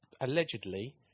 allegedly